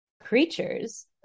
creatures